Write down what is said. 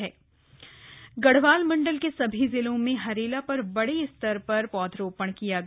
हरेला गढवाल गढ़वाल मंडल के सभी जिलों में हरेला पर बड़े स्तर पर पौधारोपण किया गया